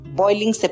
boiling